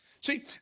See